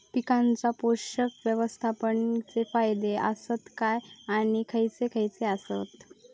पीकांच्या पोषक व्यवस्थापन चे फायदे आसत काय आणि खैयचे खैयचे आसत?